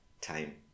time